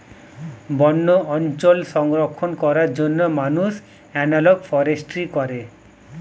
বন্য অঞ্চল সংরক্ষণ করার জন্য মানুষ এনালগ ফরেস্ট্রি করে